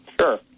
sure